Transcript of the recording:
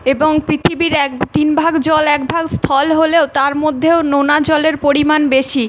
এবং পৃথিবীর এক তিনভাগ জল একভাগ স্থল হলেও তার মধ্যেও নোনা জলের পরিমাণ বেশি